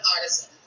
artisan